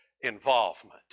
involvement